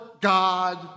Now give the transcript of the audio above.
God